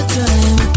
time